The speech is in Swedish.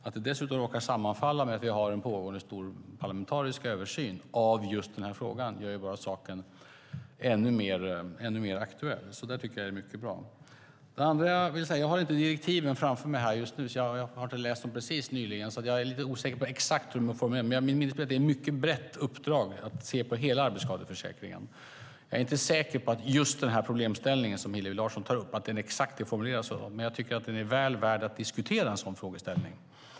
Att det dessutom råkar sammanfalla med en pågående stor parlamentarisk översyn av frågan gör saken bara än mer aktuell. Det är bra. Jag har inte direktiven framför mig just nu. Jag har inte läst dem precis nyligen, och därför är jag lite osäker på deras exakta formulering. Men jag minns att det är fråga om ett mycket brett uppdrag att se på hela arbetsskadeförsäkringen. Jag är inte säker på att just den problemställning som Hillevi Larsson tar upp är exakt formulerad så, men jag tycker att det är väl värt att diskutera en sådan fråga.